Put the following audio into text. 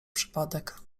przypadek